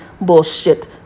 bullshit